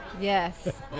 Yes